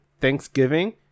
Thanksgiving